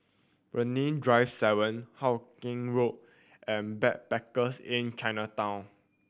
Brani Drive Seven Hawkinge Road and Backpackers Inn Chinatown